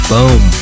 Boom